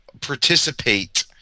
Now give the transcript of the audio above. participate